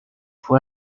fue